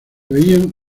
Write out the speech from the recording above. veían